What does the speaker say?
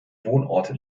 wohnort